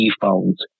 phones